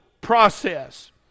process